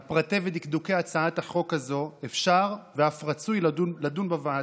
על פרטי ודקדוקי הצעת החוק הזו אפשר ואף רצוי לדון בוועדה,